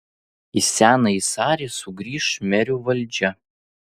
į senąjį sarį sugrįš merių valdžia